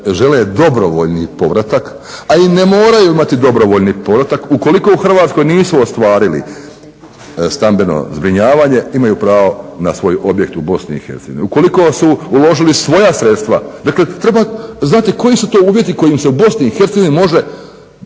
žele dobrovoljni povratak, a i ne moraju imati dobrovoljni povratak ukoliko u Hrvatskoj nisu ostvarili stambeno zbrinjavanje imaju pravo na svoj objekt u BiH ukoliko su uložili svoja sredstva. Treba znati koji su to uvjeti kojim se u BiH može